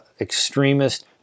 extremist